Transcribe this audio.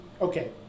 okay